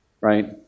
right